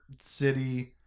city